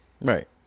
right